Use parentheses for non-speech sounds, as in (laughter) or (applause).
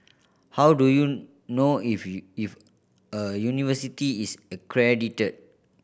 how do you know if (unintelligible) if a university is accredited